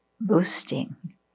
boosting